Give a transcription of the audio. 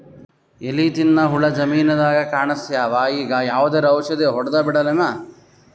ಎಲಿ ತಿನ್ನ ಹುಳ ಜಮೀನದಾಗ ಕಾಣಸ್ಯಾವ, ಈಗ ಯಾವದರೆ ಔಷಧಿ ಹೋಡದಬಿಡಮೇನ?